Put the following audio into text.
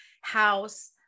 house